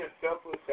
selfless